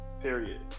Period